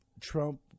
Trump